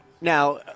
Now